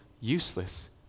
useless